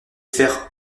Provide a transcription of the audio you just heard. faire